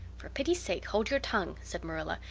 for pity's sake hold your tongue, said marilla.